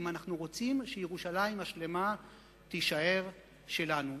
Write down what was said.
אם אנחנו רוצים שירושלים השלמה תישאר שלנו.